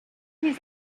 his